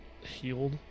healed